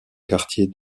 quartier